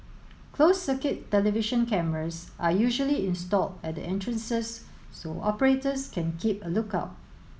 closed circuit television cameras are usually installed at the entrances so operators can keep a look out